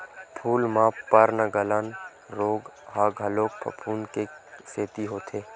फूल म पर्नगलन रोग ह घलो फफूंद के सेती होथे